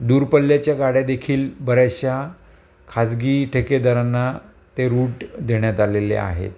दूरपल्ल्याच्या गाड्यादेखील बऱ्याचशा खाजगी ठेकेदरांना ते रूट देण्यात आलेले आहेत